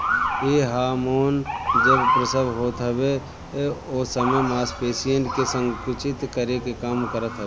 इ हार्मोन जब प्रसव होत हवे ओ समय मांसपेशियन के संकुचित करे के काम करत हवे